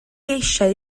eisiau